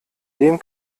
dem